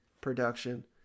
production